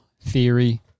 theory